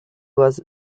was